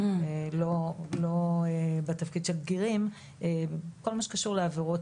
לא בתפקיד של בגירים ובכל מה שקשור לעבירות